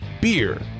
beer